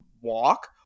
walk